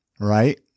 right